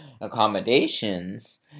accommodations